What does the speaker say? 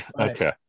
Okay